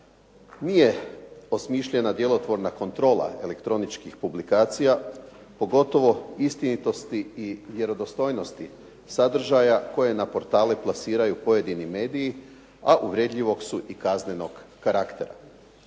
nije osmišljena djelotvorna kontrola elektroničkih publikacija, pogotovo istinitosti i vjerodostojnosti sadržaja koje na portale plasiraju pojedini mediji, a uvredljivog su i kaznenog karaktera.